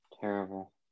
Terrible